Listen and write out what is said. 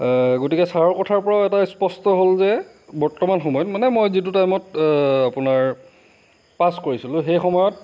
গতিকে ছাৰৰ কথাৰ পৰা এটা স্পষ্ট হ'ল যে বৰ্তমান সময়ত মানে মই যিটো টাইমত আপোনাৰ পাছ কৰিছিলোঁ সেই সময়ত